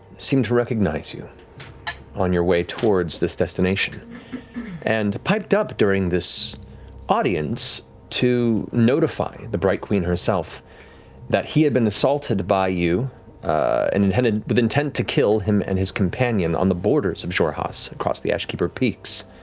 seemed to recognize you on your way towards this destination and piped up during this audience to notify the bright queen herself that he had been assaulted by you and and and with intent to kill him and his companion on the borders of xhorhas, across the ashkeeper peaks.